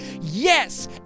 Yes